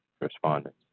Respondent